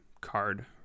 card